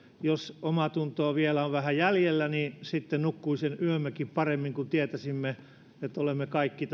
jos omaatuntoa vielä on vähän jäljellä niin nukkuisimme yömmekin paremmin kun tietäisimme että olemme kaikki